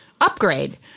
upgrade